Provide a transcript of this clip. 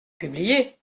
publié